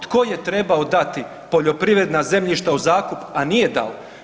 Tko je trebao dati poljoprivredna zemljišta u zakup, a nije dao?